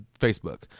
Facebook